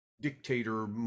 dictator